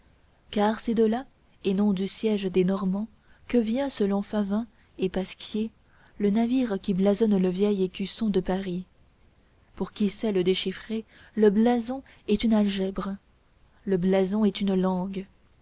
car c'est de là et non du siège des normands que vient selon favyn et pasquier le navire qui blasonne le vieil écusson de paris pour qui sait le déchiffrer le blason est une algèbre le blason est une langue